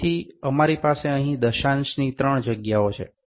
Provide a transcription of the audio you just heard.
તેથી અમારી પાસે અહીં દશાંશની ત્રણ જગ્યાઓ છે